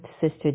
Sister